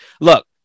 Look